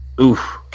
Oof